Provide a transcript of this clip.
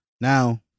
Now